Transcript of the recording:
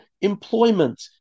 employment